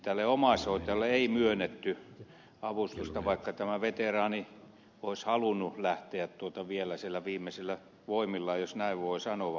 tälle omaishoitajalle ei myönnetty avustusta vaikka tämä veteraani olisi halunnut lähteä vielä niillä viimeisillä voimillaan jos näin voi sanoa